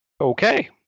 Okay